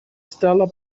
стала